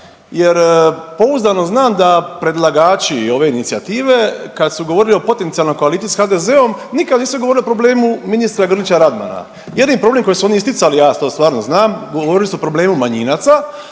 jer pouzdano znam da predlagači ove inicijative kad su govorili o potencijalnoj koaliciji s HDZ-om nikad nisu govorili o problemu ministra Grila Radmana. Jedini problem koji su oni isticali, ja to stvarno znam, govorili su o problemu manjinaca,